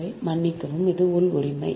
எனவே மன்னிக்கவும் இது உள் உரிமை